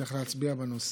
נצטרך להצביע בנושא.